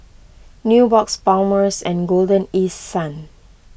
Nubox Palmer's and Golden East Sun